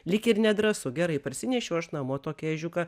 lyg ir nedrąsu gerai parsinešiau aš namo tokį ežiuką